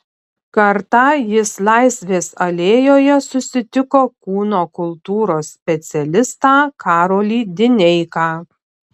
kartą jis laisvės alėjoje susitiko kūno kultūros specialistą karolį dineiką